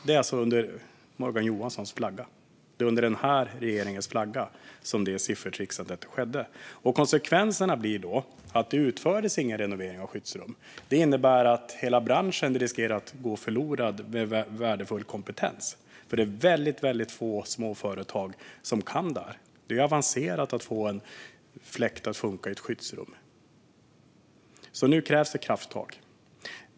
Det var under Morgan Johanssons och regeringens flagg som detta siffertrixande skedde. Konsekvensen blev att det inte utfördes några renoveringar av skyddsrum. Det här innebär att hela branschen och dess värdefulla kompetens riskerar att gå förlorade, för det är väldigt få och små företag som kan detta. Det är avancerat att få en fläkt att funka i ett skyddsrum, så nu krävs det krafttag.